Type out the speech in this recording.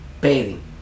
Bathing